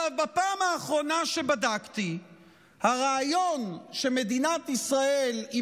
בפעם האחרונה שבדקתי הרעיון שמדינת ישראל היא